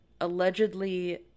allegedly